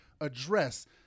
address